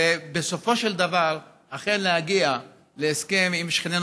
ובסופו של דבר אכן להגיע להסכם עם שכנינו